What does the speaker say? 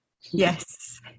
Yes